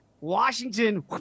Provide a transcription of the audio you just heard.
Washington